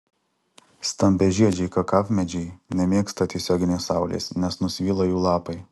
stambiažiedžiai kakavmedžiai nemėgsta tiesioginės saulės nes nusvyla jų lapai